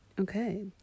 okay